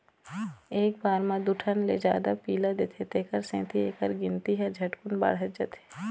एक बार म दू ठन ले जादा पिला देथे तेखर सेती एखर गिनती ह झटकुन बाढ़त जाथे